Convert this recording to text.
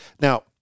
Now